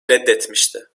reddetmişti